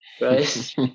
right